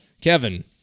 Kevin